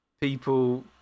people